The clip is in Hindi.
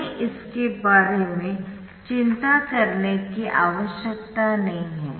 हमें इसके बारे में चिंता करने की आवश्यकता नहीं है